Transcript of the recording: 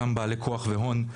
אותן בעלי כוח והון,